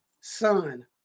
son